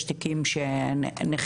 יש תיקים שנחקרו,